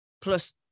plus